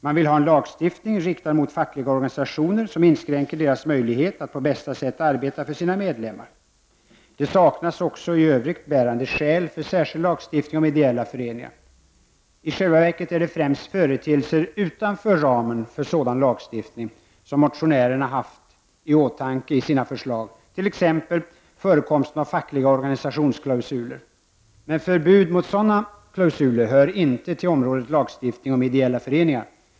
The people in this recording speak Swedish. Man vill ha en lagstiftning riktad mot fackliga organisationer, vilken inskränker deras möjligheter att på bästa sätt arbeta för sina medlemmar. Det saknas också i övrigt bärande skäl för särskild lagstiftning om ideella föreningar. I själva verket är det främst företeelser utanför ramen för sådan lagstiftning som motionärerna har haft i åtanke i sina förslag, t.ex. förekomsten av fackliga organisationsklausuler. Men förbud mot sådana klausuler hör inte till området lagstiftning om ideella föreningar.